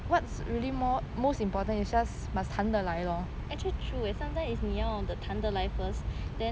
actually true eh actually sometimes 你要谈的来 first